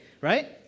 Right